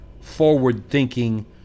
forward-thinking